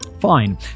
Fine